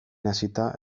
hasita